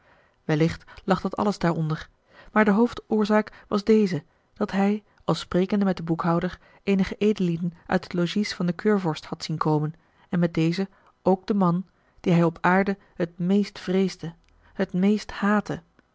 wellicht lag dat alles daaronder maar de hoofdoorzaak was deze dat hij al sprekende met den boekhouder eenige edellieden uit het logies van den keurvorst had zien komen en met dezen ook den man dien hij op aarde het a l g bosboom-toussaint de delftsche wonderdokter eel meest vreesde het meeste haatte